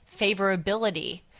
favorability